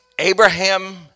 Abraham